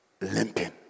limping